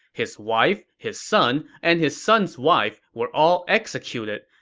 his wife, his son, and his son's wife were all executed.